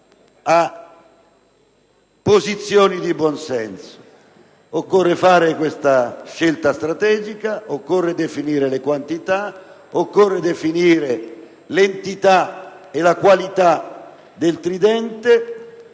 posizioni di buon senso. Occorre fare questa scelta strategica, occorre definire le quantità, l'entità e la qualità del tridente: